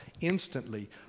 instantly